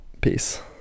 Peace